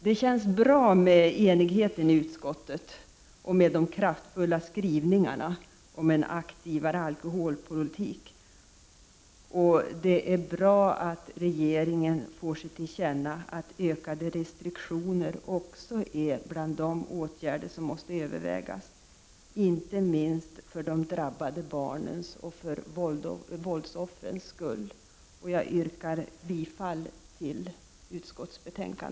Det känns bra med enigheten i utskottet och med de kraftfulla skrivningarna om en aktivare alkoholpolitik, och det är bra att regeringen ger till känna att ökade restriktioner också är bland de åtgärder som måste övervägas, inte minst för de drabbade barnens och för våldsoffrens skull. Jag yrkar bifall till utskottets hemställan.